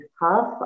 half